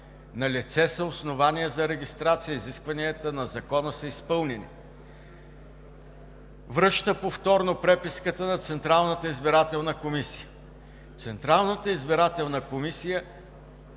налице са основания за регистрация, изискванията на Закона са изпълнени. Връща повторно преписката на Централната избирателна комисия. Централната избирателна комисия